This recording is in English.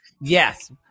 Yes